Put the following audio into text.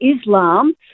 Islam